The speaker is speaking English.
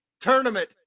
tournament